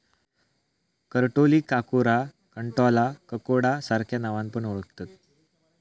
करटोलीक काकोरा, कंटॉला, ककोडा सार्ख्या नावान पण ओळाखतत